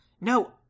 no